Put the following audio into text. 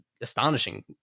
astonishing